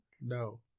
No